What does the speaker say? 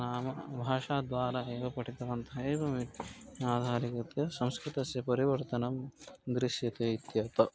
नाम भाषाद्वारा एव पठितवन्तः एवम् आधारिकृत्य संस्कृतस्य परिवर्तनं दृश्यते इत्येतौ